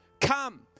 come